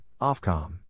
Ofcom